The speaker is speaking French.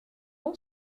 nom